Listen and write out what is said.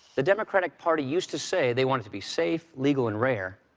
the democratic party used to say they want it to be safe, legal and rare.